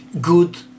good